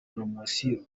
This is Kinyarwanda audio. poromosiyo